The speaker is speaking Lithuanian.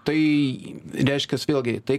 tai reiškias vėlgi tai